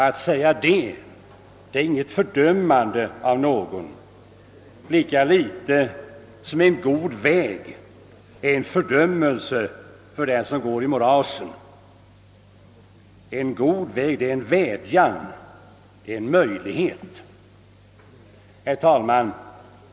Att säga det är inte att fördöma någon, lika litet som en god väg dömer den människa som går i morasen; en god väg är en vädjan, en möjlighet. Herr talman!